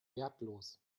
wertlos